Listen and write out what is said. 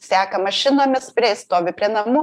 seka mašinomis prie stovi prie namų